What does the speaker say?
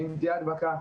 אם תהיה הדבקה,